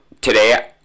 today